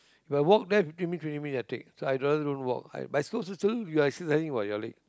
we'll walk there fifteen twenty minutes I take so i don't even walk I bicycle also still exercising also what your leg